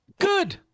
good